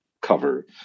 cover